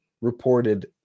reported